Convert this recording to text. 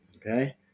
Okay